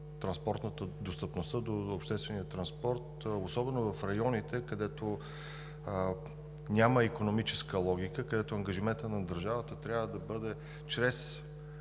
по въпроса за достъпността до обществения транспорт, особено в районите, където няма икономическа логика, където ангажиментът на държавата трябва да бъде чрез